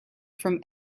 from